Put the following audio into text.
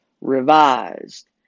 revised